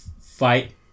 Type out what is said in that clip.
fight